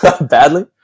Badly